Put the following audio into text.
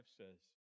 says